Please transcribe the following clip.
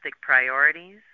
priorities